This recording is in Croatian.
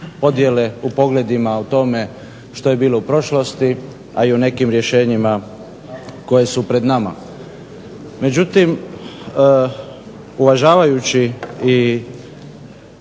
podjele u pogledima u tome što je bilo u prošlosti a i u nekim rješenjima koja su pred nama. Međutim, uvažavajući i